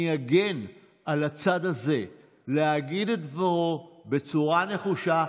אני אגן על הצד הזה שיגיד את דברו בצורה נחושה,